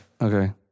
Okay